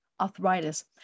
arthritis